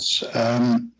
yes